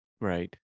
right